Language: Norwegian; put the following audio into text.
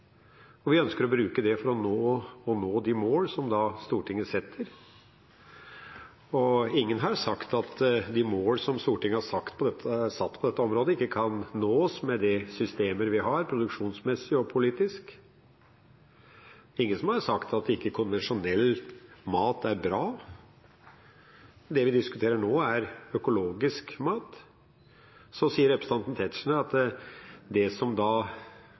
og vi ønsker å bruke det for å nå de mål som Stortinget setter. Ingen har sagt at de mål som Stortinget har satt på dette området, ikke kan nås med det systemet vi har, produksjonsmessig og politisk. Det er ingen som har sagt at ikke konvensjonell mat er bra. Det vi diskuterer nå, er økologisk mat. Så sier representanten Tetzschner at det som